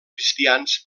cristians